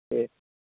जी